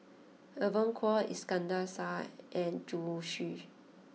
Evon Kow Iskandar Shah and Zhu Xu